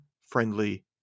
friendly